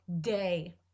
day